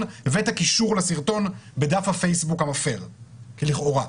ואת הקישור לסרטון בדף הפייסבוק המפר לכאורה.